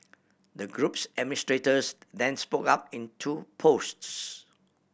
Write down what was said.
the group's administrators then spoke up in two posts